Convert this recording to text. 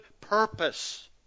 purpose